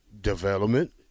development